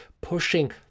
pushing